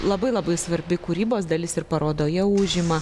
labai labai svarbi kūrybos dalis ir parodoje užima